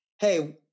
hey